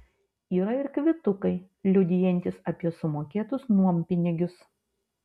yra ir kvitukai liudijantys apie sumokėtus nuompinigius